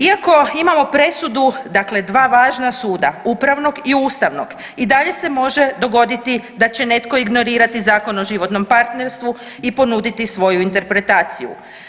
Iako imamo presudu, dakle dva važna suda upravnog i ustavnog i dalje se može dogoditi da će netko ignorirati Zakon o životnom partnerstvu i ponuditi svoju interpretaciju.